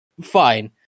fine